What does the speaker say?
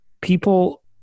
people